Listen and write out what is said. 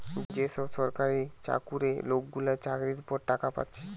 যে সব সরকারি চাকুরে লোকগুলা চাকরির পর টাকা পাচ্ছে